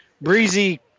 breezy